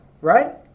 right